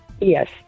Yes